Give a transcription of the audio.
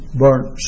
burnt